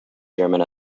german